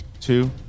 two